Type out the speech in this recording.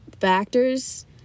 factors